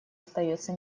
остается